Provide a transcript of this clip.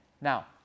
Now